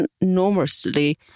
enormously